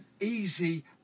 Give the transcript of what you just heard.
easy